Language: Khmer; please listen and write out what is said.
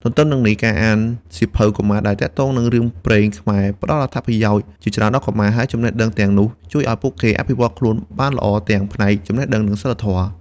ទន្ទឹមនឹងនេះ ការអានសៀវភៅកុមារដែលទាក់ទងនឹងរឿងព្រេងខ្មែរផ្ដល់អត្ថប្រយោជន៍ជាច្រើនដល់កុមារ ហើយចំណេះដឹងទាំងនោះជួយឲ្យពួកគេអភិវឌ្ឍខ្លួនបានល្អទាំងផ្នែកចំណេះដឹង និងសីលធម៌។